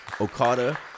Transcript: Okada